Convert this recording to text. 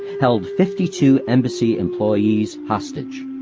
held fifty-two embassy employee's hostage.